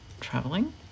traveling